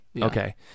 Okay